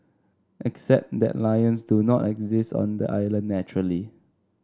except that lions do not exist on the island naturally